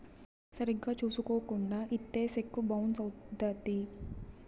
సరిగ్గా చూసుకోకుండా ఇత్తే సెక్కు బౌన్స్ అవుత్తది